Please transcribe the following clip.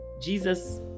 Jesus